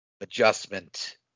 adjustment